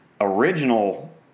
original